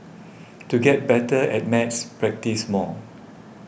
to get better at maths practise more